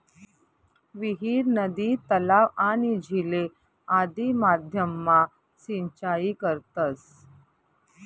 विहीर, नदी, तलाव, आणि झीले आदि माध्यम मा सिंचाई करतस